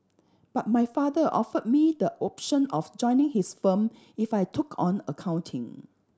but my father offered me the option of joining his firm if I took on accounting